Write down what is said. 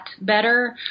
better